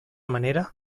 manera